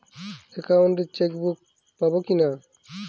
Account checkbook পাবো কি না?